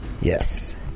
Yes